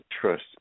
trust